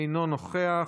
אינו נוכח,